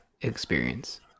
experience